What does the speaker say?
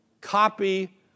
copy